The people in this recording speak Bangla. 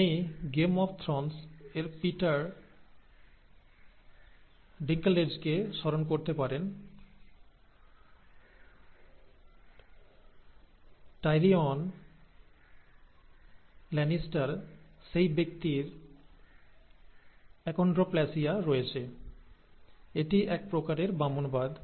আপনি 'Game of Thrones' এর Peter Dinklage কে স্মরণ করতে পারেন Tyrion Lannister সেই ব্যক্তির Achondroplasia রয়েছে এটি এক প্রকারের বামনবাদ